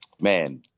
man